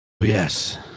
yes